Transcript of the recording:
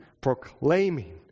proclaiming